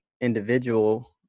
individual